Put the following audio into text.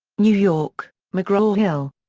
new york mcgraw-hill.